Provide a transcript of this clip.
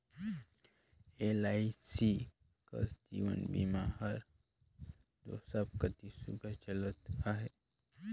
LIC कस जीवन बीमा हर दो सब कती सुग्घर चलत अहे